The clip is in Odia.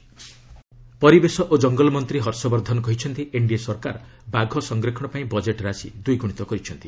ହର୍ଷବର୍ଦ୍ଧନ ଟାଇଗର୍ କନ୍ଫରେନ୍ସ ପରିବେଶ ଓ ଜଙ୍ଗଲ ମନ୍ତ୍ରୀ ହର୍ଷବର୍ଦ୍ଧନ କହିଛନ୍ତି ଏନ୍ଡିଏ ସରକାର ବାଘ ସଂରକ୍ଷଣ ପାଇଁ ବଜେଟ୍ ରାଶି ଦ୍ୱିଗୁଣିତ କରିଛନ୍ତି